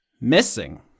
missing